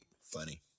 Funny